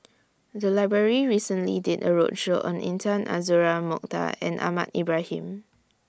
The Library recently did A roadshow on Intan Azura Mokhtar and Ahmad Ibrahim